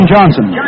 Johnson